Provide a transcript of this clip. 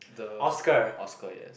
the Oscar yes